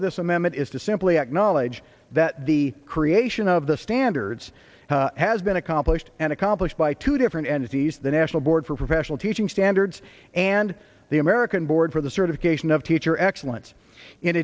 of this amendment is to simply acknowledge that the creation of the standards has been accomplished and accomplished by two different entities the national board for professional teaching standards and the american board for the certification of teacher excellence in